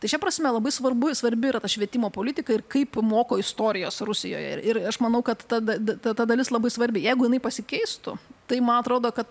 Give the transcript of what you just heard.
tai šia prasme labai svarbu ir svarbi yra ta švietimo politika ir kaip moko istorijos rusijoje ir ir aš manau kad tad ta ta dalis labai svarbi jeigu jinai pasikeistų tai man atrodo kad